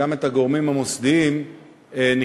גם את הגורמים המוסדיים נכנסים,